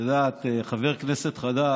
את יודעת, חבר כנסת חדש